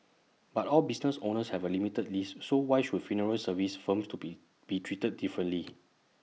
but all business owners have A limited lease so why should funeral services firms to be be treated differently